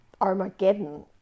armageddon